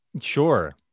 sure